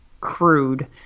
crude